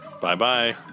Bye-bye